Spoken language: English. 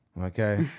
okay